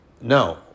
No